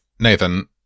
Nathan